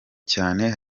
cyane